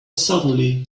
suddenly